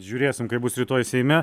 žiūrėsim kaip bus rytoj seime